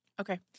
Okay